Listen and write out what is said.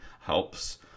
helps